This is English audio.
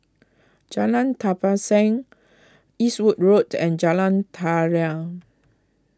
Jalan Tapisan Eastwood Road and Jalan Daliah